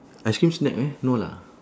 ice cream snack meh no lah